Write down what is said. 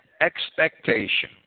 expectation